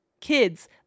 Kids